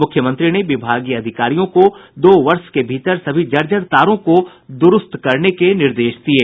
मुख्यमंत्री ने विभागीय अधिकारियों को दो वर्ष के भीतर सभी जर्जर तारों को द्रूस्त करने के निर्देश दिये